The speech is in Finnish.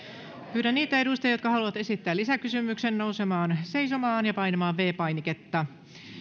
pyydän niitä edustajia jotka haluavat esittää lisäkysymyksiä nousemaan seisomaan ja painamaan viides painiketta